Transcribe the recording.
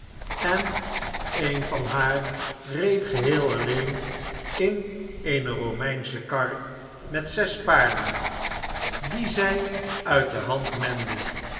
en een van haar het gezelschap van sleaey reed geheel alleen in eene bomeinsche kar met zes paarden die zij uit de hand mende